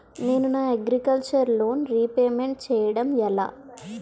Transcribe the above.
నేను నా agriculture loan repayment చేయడం ఎలా?